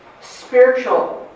spiritual